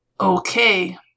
Okay